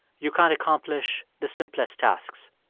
you can't accomplish the simplest tasks.